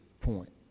point